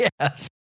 Yes